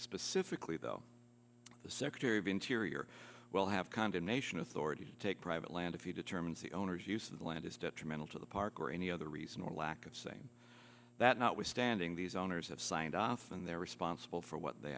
specifically though the secretary of interior will have condemnation authorities take private land if you determines the owner's use of the land is detrimental to the park or any other reason or lack of saying that notwithstanding these owners have signed off and they're responsible for what they